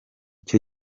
cyo